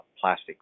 plastics